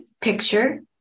picture